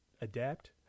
adapt